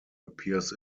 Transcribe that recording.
appears